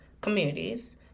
communities